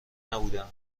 نبودهام